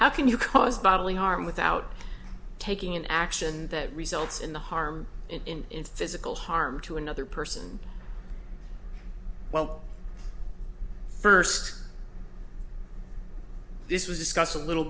how can you cause bodily harm without taking an action that results in the harm in physical harm to another person well first this was discussed a little